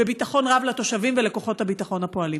וביטחון רב לתושבים ולכוחות הביטחון הפועלים.